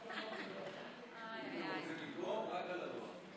(תיקון) (הארכת תוקף),